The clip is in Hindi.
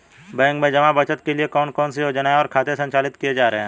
बैंकों में जमा बचत के लिए कौन कौन सी योजनाएं और खाते संचालित किए जा रहे हैं?